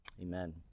Amen